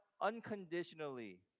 unconditionally